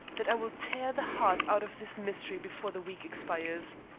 that i will tear the heart out of this mystery before the week expires.